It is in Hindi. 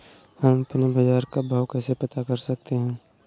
हम अपने बाजार का भाव कैसे पता कर सकते है?